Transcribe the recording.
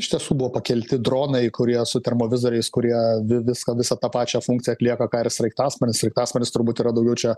iš tiesų buvo pakelti dronai kurie su termovizoriais kurie vi visą visą tą pačią funkciją atlieka ką ir sraigtasparnis sraigtasparnis turbūt yra daugiau čia